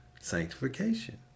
sanctification